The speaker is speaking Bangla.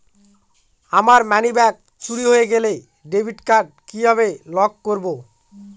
আমার মানিব্যাগ চুরি হয়ে গেলে ডেবিট কার্ড কিভাবে লক করব?